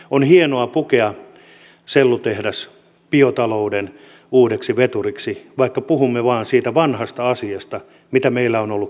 on hienoa pukea sellutehdas biotalouden uudeksi veturiksi vaikka puhumme vain siitä vanhasta asiasta mitä meillä on ollut koko ajan